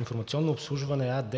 „Информационно обслужване“ АД